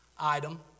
item